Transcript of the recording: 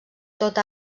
tot